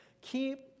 keep